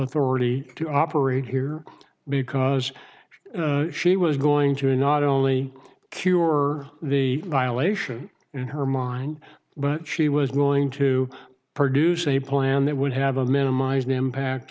authority to operate here because she was going to not only cure the violation in her mind but she was going to produce a plan that would have a minimized impact